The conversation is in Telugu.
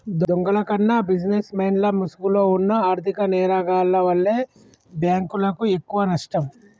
దొంగల కన్నా బిజినెస్ మెన్ల ముసుగులో వున్న ఆర్ధిక నేరగాల్ల వల్లే బ్యేంకులకు ఎక్కువనష్టం